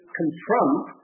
confront